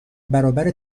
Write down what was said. برابر